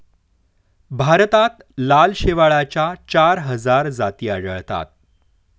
भारतात लाल शेवाळाच्या चार हजार जाती आढळतात